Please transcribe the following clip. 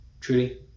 Truly